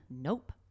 Nope